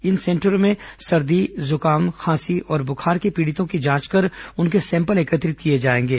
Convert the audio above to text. इन सेंटरों में सर्दी जुकाम खांसी और बुखार के पीड़ितों की जांच कर उनके सैंपल एकत्रित किए जाएंगे